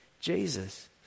Jesus